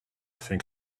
think